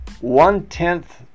one-tenth